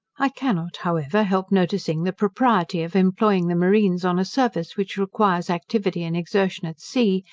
i cannot, however, help noticing the propriety of employing the marines on a service which requires activity and exertion at sea,